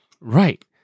Right